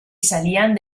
salían